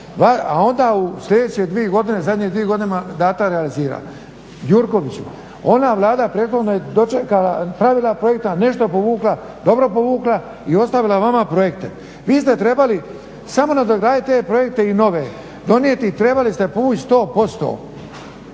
a onda sljedeće dvije godine, zadnje dvije godine mandata realizira. Gjurkoviću, ona Vlada prethodno je dočekala, pravila projekata, nešto povukla, dobro povukla i ostavila vama projekte. Vi ste trebali samo nadograditi te projekte i nove donijeti. Trebali ste povući 100% To što